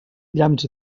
llamps